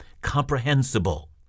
comprehensible